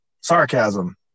sarcasm